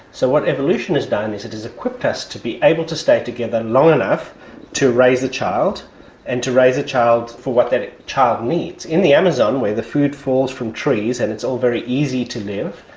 so what evolution has done is it has equipped us to be able to stay together long enough to raise a child and to raise a child for what that child needs. in the amazon where the food falls from trees and it's all very easy to live,